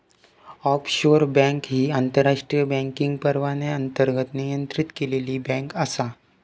offshore bank ही आंतरराष्ट्रीय banking परवान्याअंतर्गत नियंत्रित केलेली बँक आसा